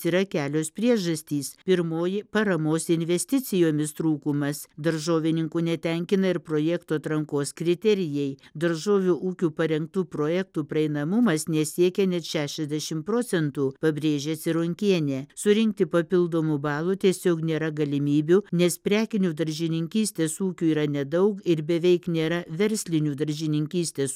yra kelios priežastys pirmoji paramos investicijomis trūkumas daržovininkų netenkina ir projekto atrankos kriterijai daržovių ūkių parengtų projektų prieinamumas nesiekia net šešiasdešimt procentų pabrėžia cironkienė surinkti papildomų balų tiesiog nėra galimybių nes prekinių daržininkystės ūkių yra nedaug ir beveik nėra verslinių daržininkystės